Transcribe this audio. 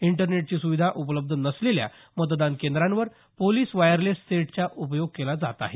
इंटरनेटची सुविधा उपलब्ध नसलेल्या मतदान केंद्रांवर पोलीस वायरलेस सेटचा उपयोग केला जात आहे